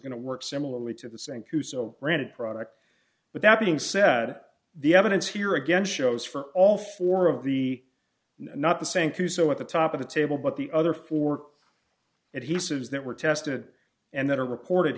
going to work similarly to the same couso branded product but that being said the evidence here again shows for all four of the not the same q so at the top of the table but the other four it he says that were tested and that are reported